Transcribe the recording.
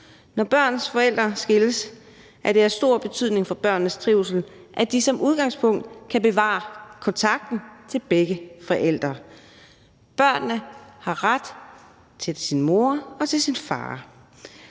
Når børns forældre skilles, er det af stor betydning for børnenes trivsel, at de som udgangspunkt kan bevare kontakten til begge forældre. Børn har ret til deres mor og til deres